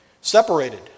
separated